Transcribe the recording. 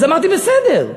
אז אמרתי: בסדר,